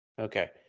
okay